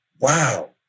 Wow